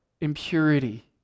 impurity